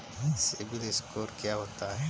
CIBIL score क्या होता है?